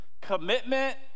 commitment